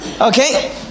Okay